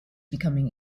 becoming